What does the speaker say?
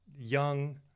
young